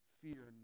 fear